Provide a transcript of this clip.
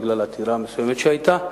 בגלל עתירה מסוימת שהיתה.